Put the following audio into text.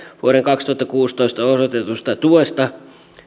vuodelle kaksituhattakuusitoista osoitetusta tuesta